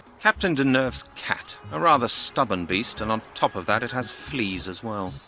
captain deneuve's cat. a rather stubborn beast, and on top of that it has fleas as well.